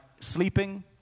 sleeping